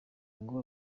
ngo